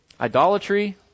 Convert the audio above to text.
Idolatry